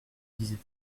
disait